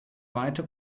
weite